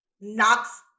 knocks